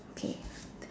okay